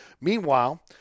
Meanwhile